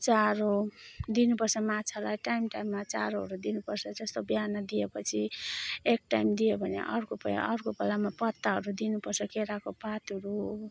चारो दिनुपर्छ माछालाई टाइम टाइममा चारोहरू दिनुपर्छ जस्तो बिहान दिएपछि एक टाइम दियो भने अर्को पाला अर्को पालामा पत्ताहरू दिनुपर्छ केराको पातहरू